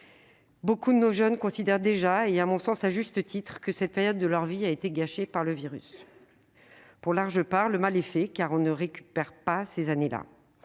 Nombre de nos jeunes considèrent déjà- à juste titre, selon moi -que cette période de leur vie a été gâchée par le virus. Pour une large part, le mal est fait, car on ne récupère pas ces années-là.